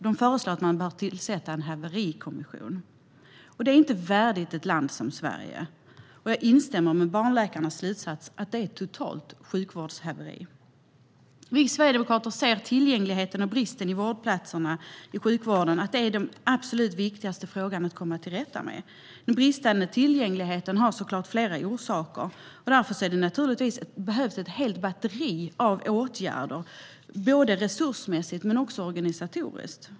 De föreslår att man ska tillsätta en haverikommission. Det här är inte värdigt ett land som Sverige. Jag instämmer i barnläkarnas slutsats att det är ett totalt sjukvårdshaveri. Vi sverigedemokrater ser den bristande tillgängligheten och bristen på vårdplatser i sjukvården som den absolut viktigaste frågan att komma till rätta med. Den bristande tillgängligheten har såklart flera orsaker, och därför behövs det naturligtvis ett batteri av åtgärder, både resursmässigt och organisatoriskt.